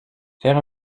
faire